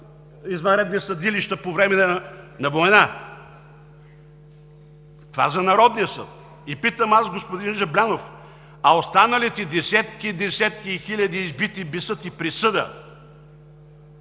извънредни съдилища по време на война! Това е за Народния съд. И питам аз господин Жаблянов: а останалите десетки, десетки и хиляди избити без съд и присъда